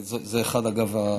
ואגב,